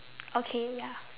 okay ya